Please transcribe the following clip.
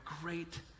great